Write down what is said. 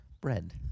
Bread